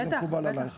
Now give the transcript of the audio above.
אם זה מקובל עלייך.